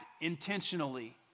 intentionally